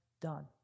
done